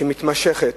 שמתמשכת